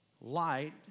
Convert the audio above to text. Light